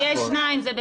לא, יש שניים, זה בסדר.